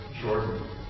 Jordan